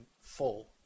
full